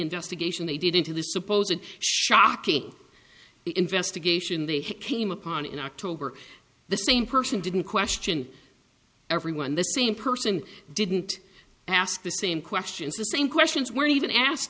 vestigation they did into this supposed shocking investigation they came upon in october the same person didn't question everyone the same person didn't ask the same questions the same questions were even ask